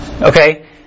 Okay